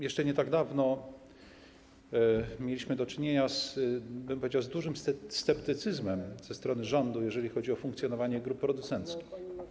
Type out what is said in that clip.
Jeszcze nie tak dawno mieliśmy do czynienia, powiedziałbym, z dużym sceptycyzmem ze strony rządu, jeżeli chodzi o funkcjonowanie grup producenckich.